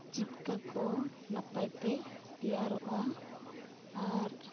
ᱡᱤᱵᱽᱠᱟᱹ ᱠᱚ ᱱᱟᱚᱯᱟᱭᱛᱮ ᱛᱮᱭᱟᱨᱚᱜᱼᱟ ᱟᱨ